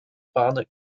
barnet